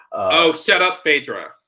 oh, shut up, phaedra.